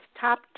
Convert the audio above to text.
top